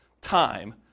time